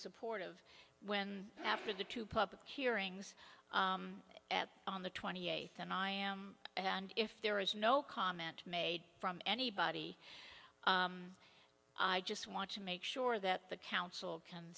supportive when after the two public hearings on the twenty eighth and i am and if there is no comment made from anybody i just want to make sure that the council can